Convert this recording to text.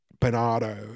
bernardo